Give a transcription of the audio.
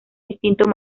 instinto